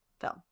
film